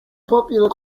popular